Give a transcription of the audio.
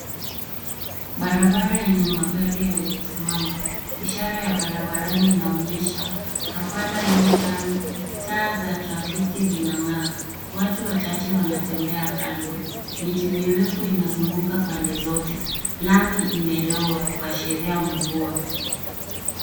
Barabara yenye magari yaliyo simama. Ishara ya barabarani inaonyesha hapana [cs ] u turn[cs ]. Taa za trafiki zinang'aa. Watu wachache wanatembea kando. Miti mirefu ina zunguka pande zote. Lami imelowa kuashiria mvua.